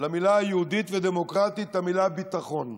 למילים "יהודית ודמוקרטית" את המילה ביטחון,